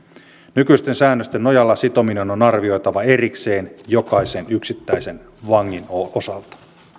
nykyisten säännösten nojalla sitominen on arvioitava erikseen jokaisen yksittäisen vangin osalta